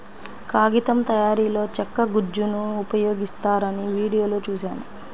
కాగితం తయారీలో చెక్క గుజ్జును ఉపయోగిస్తారని వీడియోలో చూశాను